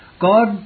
God